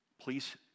please